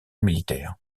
militaire